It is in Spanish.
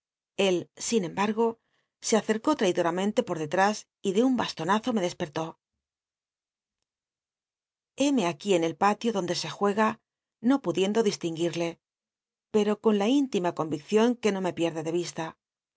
él in embargo se acercó traidoramente por detrás y de un bastonazo me despertó heme aquí en el patio dond e se juega no pudiendo distinguirle pero con la íntima convicción que no me pierde de vi